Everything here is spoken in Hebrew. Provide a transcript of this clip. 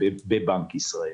בבנק ישראל.